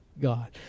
God